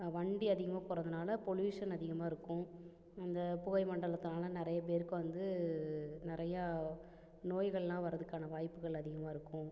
வண்டி அதிகமாக போகிறதுனால பொலியூஷன் அதிகமாக இருக்கும் அந்த புகைமண்டலத்தால் நிறைய பேருக்கு வந்து நிறையா நோய்களெலாம் வரதுக்கான வாய்ப்புகள் அதிகமாக இருக்கும்